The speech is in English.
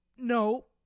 no,